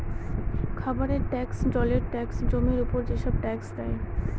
খাবারের ট্যাক্স, জলের ট্যাক্স, জমির উপর যেসব ট্যাক্স দেয়